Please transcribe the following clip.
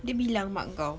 dia bilang mak kau